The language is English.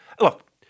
look